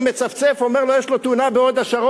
מצפצף ואומר לו שיש לו תאונה בהוד-שרון.